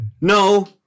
No